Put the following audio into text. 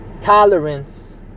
tolerance